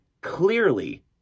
clearly